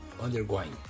undergoing